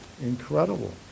Incredible